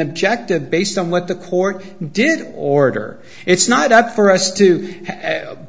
objective based on the court did order it's not up for us to